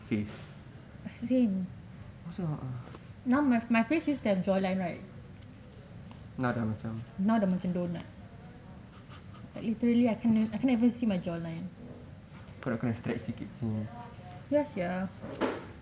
the same now my face used to have jaw line right now dah macam donut like literally I kena I can never see my jaw line ya sia